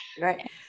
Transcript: Right